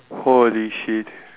holy shit